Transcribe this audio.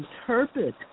interpret